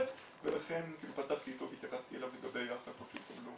--- ולכן פתחתי איתו והתייחסתי אליו לגבי החלטות שהתקבלו